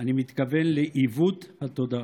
אני מתכוון לעיוות התודעה.